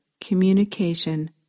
communication